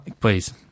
Please